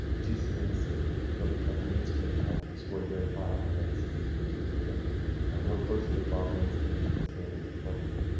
gcn see the the growth and capital needs committee had scored very high on the list and we've been able to work closely with bob lens team. the facilities department too.